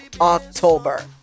October